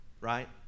right